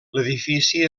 l’edifici